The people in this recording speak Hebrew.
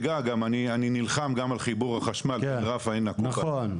אני נלחם גם על חיבור החשמל בעין רפא ועין נקובא --- נכון,